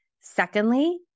Secondly